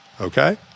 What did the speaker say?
okay